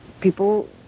people